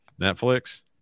Netflix